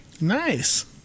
Nice